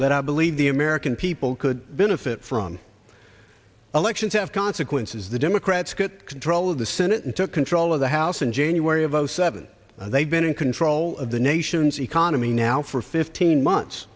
that i believe the american people could benefit from elections have consequences the democrats get control of the senate and took control of the house in january of zero seven and they've been in control of the nation's economy now for fifteen months